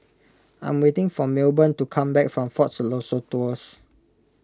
I'm waiting for Milburn to come back from fort Siloso Tours